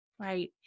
right